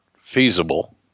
feasible